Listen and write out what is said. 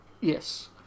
Yes